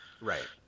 Right